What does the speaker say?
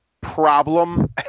problem